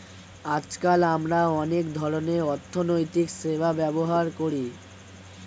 আজকাল আমরা অনেক ধরনের অর্থনৈতিক সেবা ব্যবহার করি